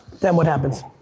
then what happens?